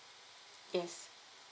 yes